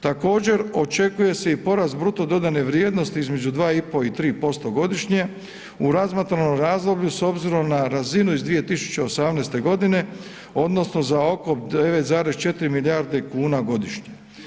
Također očekuje se i porast bruto dodane vrijednosti između 2,5 i 3% godišnje u razmatranom razdoblju s obzirom na razinu iz 2018. godine odnosno za oko 9,4 milijarde kuna godišnje.